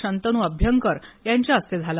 शंतनू अंभ्यकर यांच्या हस्ते झालं